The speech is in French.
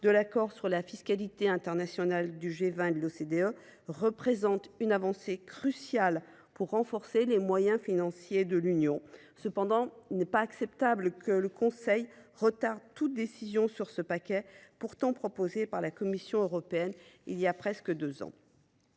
de l’accord sur la fiscalité internationale du G20 et de l’OCDE, représentent une avancée cruciale pour renforcer les moyens financiers de l’Union européenne. Il est donc inacceptable que le Conseil retarde toute décision sur ce paquet, pourtant proposé par la Commission européenne il y a presque deux ans.